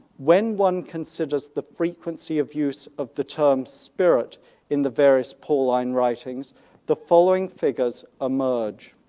when one considers the frequency of use of the term spirit in the various pauline writings the following figures emerge.